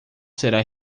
será